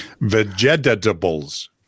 Vegetables